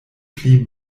pli